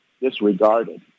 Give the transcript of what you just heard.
disregarded